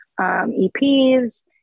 EPs